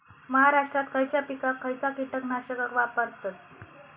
महाराष्ट्रात खयच्या पिकाक खयचा कीटकनाशक वापरतत?